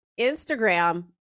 Instagram